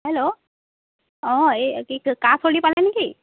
hello অঁ এই কি চলি পালে নেকি